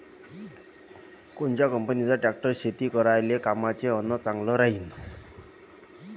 कोनच्या कंपनीचा ट्रॅक्टर शेती करायले कामाचे अन चांगला राहीनं?